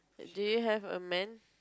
do you have a man